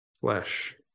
flesh